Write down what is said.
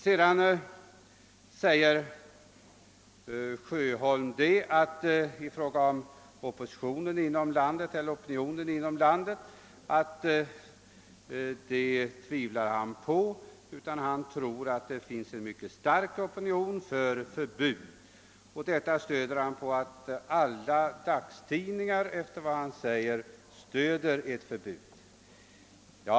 Herr Sjöholm sade att han tvivlade på att det skulle finnas en opinion för boxning här i landet. Tvärtom sade han sig tro att det finns en mycket stark opinion för förbud, och denna åsikt stöder han på uppfattningen att alla dagstidningar är förbudsvänliga.